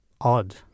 odd